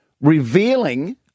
revealing